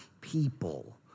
people